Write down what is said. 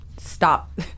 stop